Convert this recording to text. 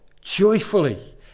Joyfully